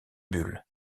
bull